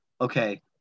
okay